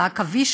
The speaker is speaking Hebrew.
לעכביש,